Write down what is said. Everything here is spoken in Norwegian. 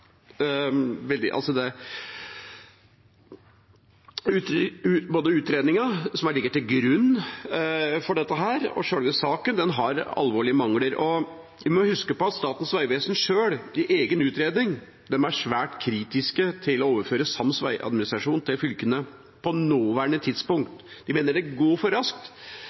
har alvorlige mangler. Vi må huske på at Statens vegvesen sjøl, i egen utredning, er svært kritisk til å overføre sams veiadministrasjon til fylkene på nåværende tidspunkt. De mener det går for raskt.